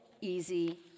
easy